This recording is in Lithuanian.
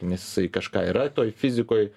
nes jisai kažką yra toj fizikoj